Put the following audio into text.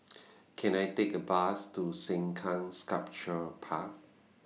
Can I Take A Bus to Sengkang Sculpture Park